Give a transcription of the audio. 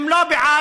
הם לא בעד